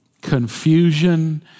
confusion